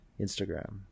instagram